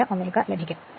47 Ω ലഭിക്കും